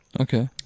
Okay